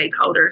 stakeholders